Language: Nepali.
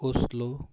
ओस्लो